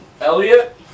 Elliot